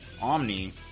Omni